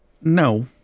No